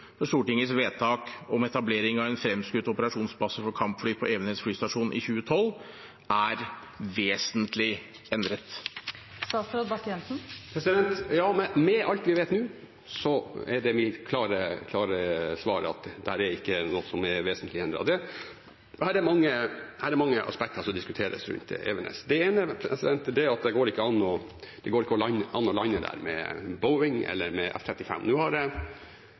for Stortingets vedtak om etablering av en fremskutt operasjonsbase for kampfly på Evenes flystasjon i 2012, er vesentlig endret? Ja – med alt vi vet nå, er det mitt klare svar at det ikke er noe som er vesentlig endret. Det er mange aspekter som diskuteres når det gjelder Evenes. Det ene er at det ikke går an å lande der med Boeing eller med F-35. Nå har